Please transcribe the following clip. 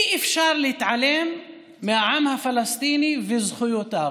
אי-אפשר להתעלם מהעם הפלסטיני וזכויותיו.